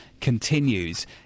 Continues